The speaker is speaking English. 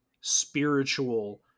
spiritual